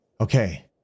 Okay